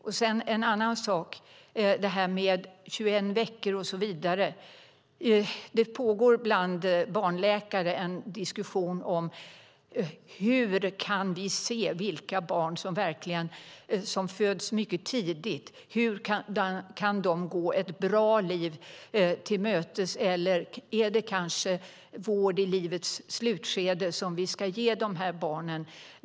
När det gäller det här med 21 veckor och så vidare pågår bland barnläkare en diskussion om hur de barn som föds mycket tidigt kan gå ett bra liv till mötes. Är det kanske vård i livets slutskede vi ska ge de här barnen?